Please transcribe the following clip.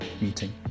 meeting